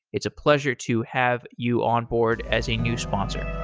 it's a pleasure to have you onboard as a new sponsor